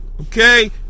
okay